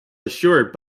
assured